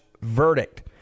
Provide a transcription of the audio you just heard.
verdict